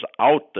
out